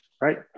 right